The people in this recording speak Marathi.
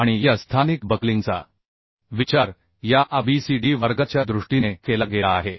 आणि या स्थानिक बक्लिंगचा विचार या A B C D वर्गाच्या दृष्टीने केला गेला आहे